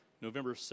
November